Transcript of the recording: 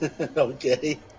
Okay